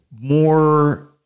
more